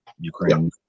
Ukraine